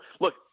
look